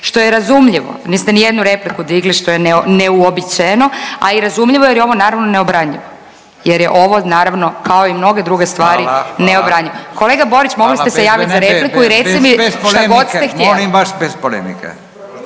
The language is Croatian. što je razumljivo, niste nijednu repliku digli, što je neuobičajeno, a i razumljivo jer je ovo, naravno, neobranjivo, jer je ovo naravno kao i mnoge druge stvari. .../Upadica: Hvala. Hvala./... Kolega Borić, mogli ste se javit za repliku … .../Upadica: Hvala.